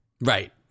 Right